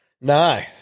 No